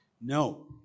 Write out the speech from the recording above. No